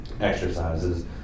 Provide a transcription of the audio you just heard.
exercises